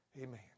Amen